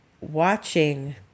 watching